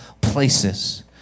places